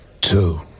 Two